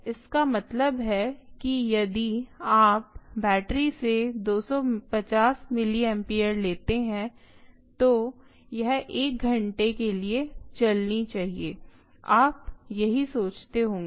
इसका मतलब है कि यदि आप बैटरी से 250 मिलिएम्पेयर लेते हैं तो यह 1 घंटे के लिए चलनी चाहिए आप यही सोचते होंगे